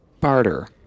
barter